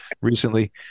recently